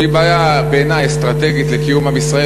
שהיא בעיני בעיה אסטרטגית לקיום עם ישראל,